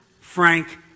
frank